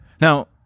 Now